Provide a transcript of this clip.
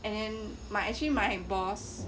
and then my actually my boss